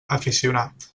aficionat